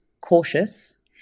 cautious